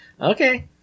Okay